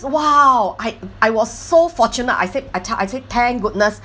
!wow! I I was so fortunate I said I tell I said thank goodness